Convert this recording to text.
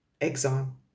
Exile